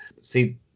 see